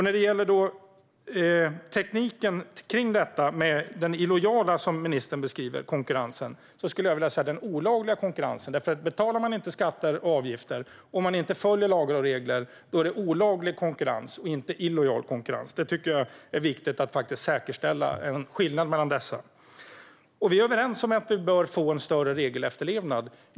När det gäller tekniken kring den illojala, som ministern beskriver det, konkurrensen skulle jag vilja säga den olagliga konkurrensen. Om man inte betalar skatter och avgifter och inte följer lagar och regler är det olaglig konkurrens och inte illojal konkurrens. Jag tycker att det är viktigt att säkerställa att det finns en skillnad mellan dessa. Vi är överens om att vi bör få en större regelefterlevnad.